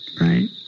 right